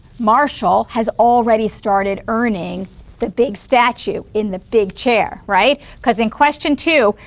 marshall has already started earning the big statue in the big chair, right? because in question two,